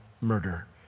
murder